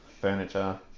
Furniture